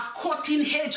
cutting-edge